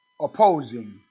opposing